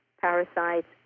parasites